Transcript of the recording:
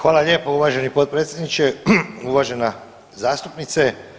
Hvala lijepo uvaženi potpredsjedniče, uvažena zastupnice.